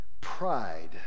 pride